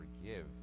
forgive